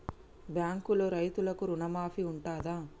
బ్యాంకులో రైతులకు రుణమాఫీ ఉంటదా?